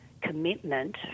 commitment